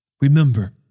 Remember